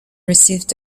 received